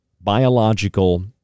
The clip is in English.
biological